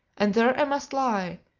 and there i must lie,